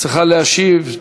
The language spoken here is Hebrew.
צריכה להשיב,